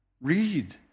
read